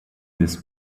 this